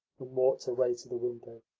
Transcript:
walked away to the window.